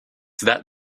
that